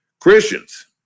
Christians